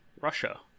Russia